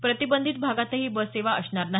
प्रतिबंधित भागातही ही बससेवा असणार नाही